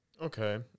Okay